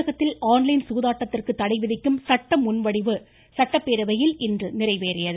தமிழகத்தில் ஆன்லைன் சூதாட்டத்திற்கு தடை விதிக்கும் சட்ட முன்வடிவு சட்டப்பேரவையில் இன்று நிறைவேறியது